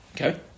okay